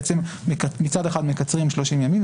מצד אחד מקצרים 30 ימים,